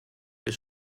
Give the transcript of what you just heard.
was